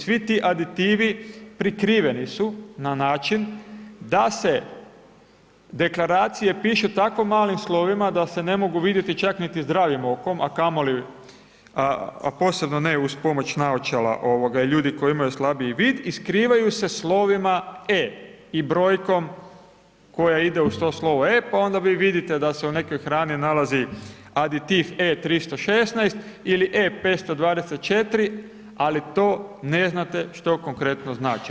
Svi ti aditivi prikriveni su na način da se deklaracije pišu tako malim slovima da se ne mogu vidjeti čak niti zdravim okom a kamoli a posebno ne uz pomoć naočala i ljudi koji imaju slabiji vid i skrivaju se slovima E i brojkom koja ide uz to slovo E pa onda vi vidite da se u nekoj hrani nalazi aditiv E316 ili E524 ali to ne znate što konkretno znači.